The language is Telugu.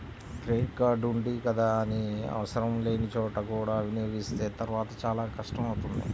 క్రెడిట్ కార్డు ఉంది కదా అని ఆవసరం లేని చోట కూడా వినియోగిస్తే తర్వాత చాలా కష్టం అవుతుంది